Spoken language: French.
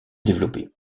développé